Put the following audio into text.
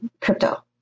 crypto